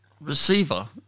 receiver